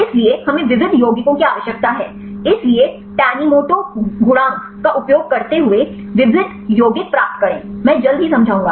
इसलिए हमें विविध यौगिकों की आवश्यकता है इसलिए tanimoto गुणांक का उपयोग करते हुए विविध यौगिक प्राप्त करें मैं जल्द ही समझाऊंगा